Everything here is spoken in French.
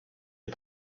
est